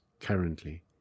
currently